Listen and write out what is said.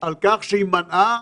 על כך שהיא מנעה,